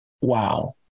Wow